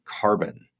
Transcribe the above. carbon